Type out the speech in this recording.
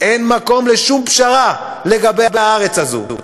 אין מקום לשום פשרה לגבי הארץ הזאת.